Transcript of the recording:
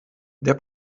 der